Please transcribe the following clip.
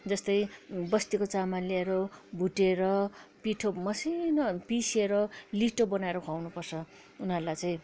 जस्तै बस्तीको चामल ल्याएर भुटेर पिठो मसिनु पिसेर लिटो बनाएर खुवाउनु पर्छ उनीहरूलाई चाहिँ